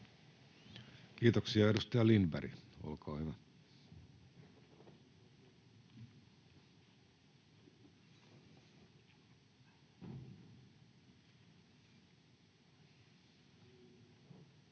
Kiitoksia. — Edustaja Lindberg, olkaa hyvä. Arvoisa